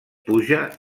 puja